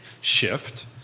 shift